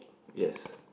yes